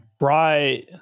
Right